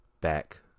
Back